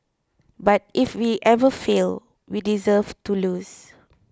but if we ever fail we deserve to lose